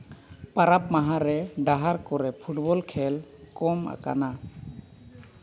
ᱯᱚᱨᱚᱵᱽ ᱢᱟᱦᱟ ᱠᱚᱨᱮ ᱰᱟᱦᱟᱨ ᱠᱚᱨᱮ ᱯᱷᱩᱴᱵᱚᱞ ᱠᱷᱮᱞ ᱠᱚᱢ ᱟᱠᱟᱱᱟ